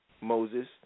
Moses